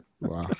Wow